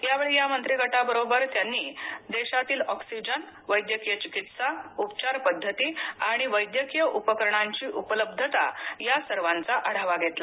यावेळी या मंत्रीगटाबरोबर त्यांनी देशातील ऑक्सिजन वैद्यकीय चिकित्सा उपचार पद्धती आणि वैद्यकीय उपकरणांची उपलब्धता या सर्वांचा आढावा घेतला